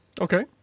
Okay